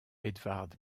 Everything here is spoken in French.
edvard